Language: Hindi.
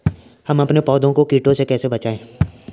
हम अपने पौधों को कीटों से कैसे बचाएं?